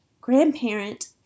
grandparent